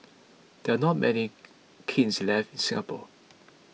there are not many kilns left in Singapore